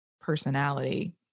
personality